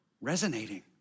Resonating